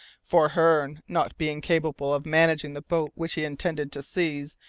for hearne, not being capable of managing the boat which he intended to seize,